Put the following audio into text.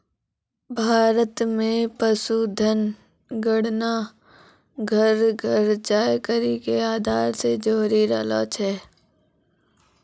भारत मे पशुधन गणना घर घर जाय करि के आधार से जोरी रहलो छै